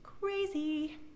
crazy